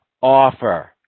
offer